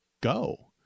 go